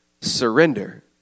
surrender